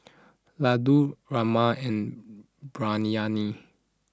Ladoo Rajma and Biryani